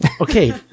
Okay